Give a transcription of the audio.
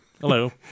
Hello